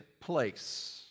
place